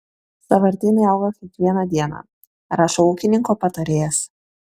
sąvartynai auga kiekvieną dieną rašo ūkininko patarėjas